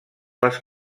les